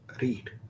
read